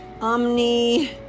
Omni